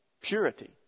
purity